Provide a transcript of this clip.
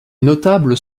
notables